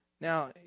Now